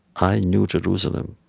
i knew jerusalem,